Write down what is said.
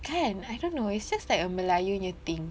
kan I don't know it's just like a melayu nya thing